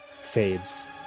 fades